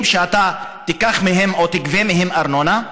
שאתה תיקח מהם או תגבה מהם ארנונה,